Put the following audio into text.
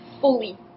fully